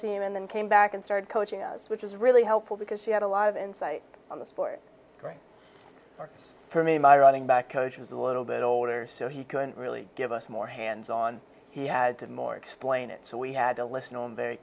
team and then came back and started coaching us which is really helpful because she had a lot of insight on the sport going for me my running back oh she was a little bit older so he couldn't really give us more hands on he had to more explain it so we had to listen